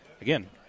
again